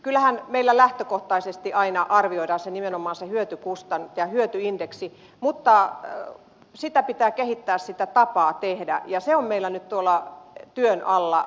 kyllähän meillä lähtökohtaisesti aina arvioidaan nimenomaan se hyötyindeksi mutta pitää kehittää sitä tapaa tehdä ja se on meillä nyt työn alla liikenneministeriössä